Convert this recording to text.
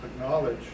acknowledge